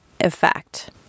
effect